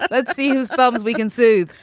but let's see who's above us. we can see.